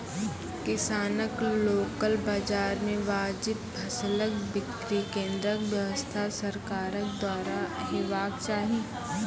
किसानक लोकल बाजार मे वाजिब फसलक बिक्री केन्द्रक व्यवस्था सरकारक द्वारा हेवाक चाही?